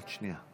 עוד שנייה.